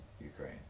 Ukraine